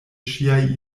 ŝiaj